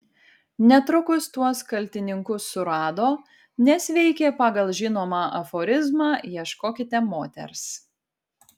netrukus tuos kaltininkus surado nes veikė pagal žinomą aforizmą ieškokite moters